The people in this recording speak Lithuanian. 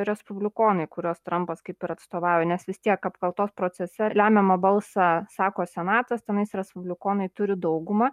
respublikonai kuriuos trampas kaip ir atstovauja nes vis tiek apkaltos procese lemiamą balsą sako senatas tenais respublikonai turi daugumą